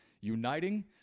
uniting